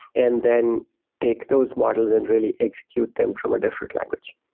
and then take those models and really execute them from a different language.